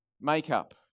makeup